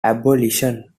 abolition